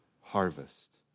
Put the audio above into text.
harvest